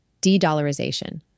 de-dollarization